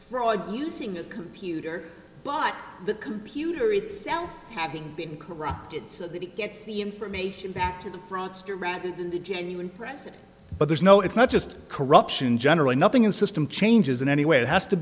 freud using the computer but the computer itself having been corrupted so that it gets the information back to the fraudster rather than the genuine present but there's no it's not just corruption generally nothing in system changes in any way it has to